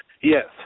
Yes